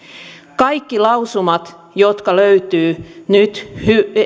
kaikki lausumat jotka löytyvät nyt